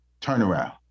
turnaround